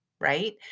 right